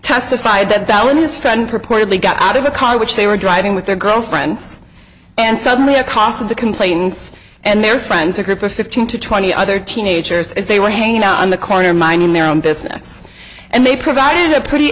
testified that when this friend purportedly got out of a car which they were driving with their girlfriends and suddenly a cost of the complaints and their friends a group of fifteen to twenty other teenagers as they when hanging out on the corner minding their own business and they provided a pretty